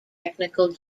technical